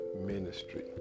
ministry